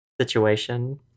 situation